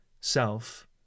self